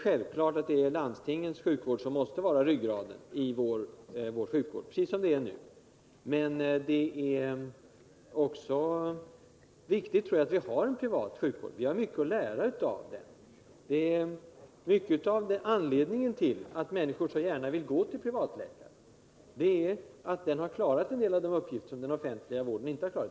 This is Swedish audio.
Självfallet måste landstingens sjukvårdsorganisation precis som nu vara ryggraden i vår sjukvård, men det är viktigt att vi också har en privat sjukvård. Vi har mycket att lära av den. Jag tror att anledningen till att människor så gärna vill gå till privatläkare är att de har klarat en del av de uppgifter som den offentliga vården inte har lyckats så väl med.